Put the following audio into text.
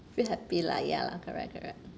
feel happy lah ya lah correct correct